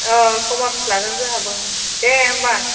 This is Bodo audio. कमार्स लागोन जोंहाबो दे होमब्ला